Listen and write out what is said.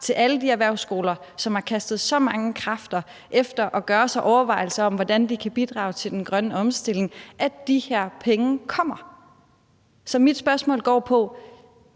til alle de erhvervsskoler, som har kastet så mange kræfter efter at gøre sig overvejelser om, hvordan de kan bidrage til den grønne omstilling, at de her penge kommer? Så mit spørgsmål går på: